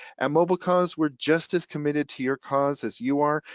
and mobilecause we're just as committed to your cause as you are,